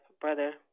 Brother